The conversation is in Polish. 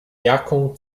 jaką